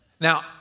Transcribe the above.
Now